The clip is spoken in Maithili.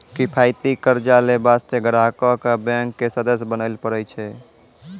किफायती कर्जा लै बास्ते ग्राहको क बैंक के सदस्य बने परै छै